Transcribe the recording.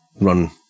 run